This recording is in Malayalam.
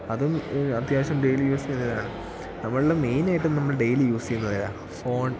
അതും അത്യാവശ്യം ഡെയ്ലി യൂസ് ചെയ്യുന്നതാണ് നമ്മളുടെ മെയിനായിട്ടും നമ്മള് ഡെയ്ലി യൂസ് ചെയ്യുന്നതേതാണ് ഫോൺ